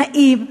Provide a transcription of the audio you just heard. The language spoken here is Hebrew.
נאים,